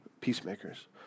peacemakers